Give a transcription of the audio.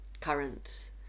current